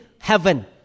heaven